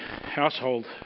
household